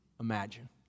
imagine